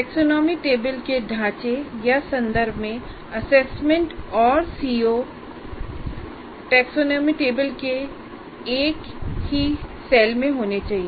taxonomy table के ढांचे या संदर्भ में असेसमेंट और सीओ टैक्सोनॉमी टेबल के एक ही सेल में होने चाहिए